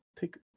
take